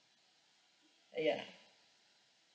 ya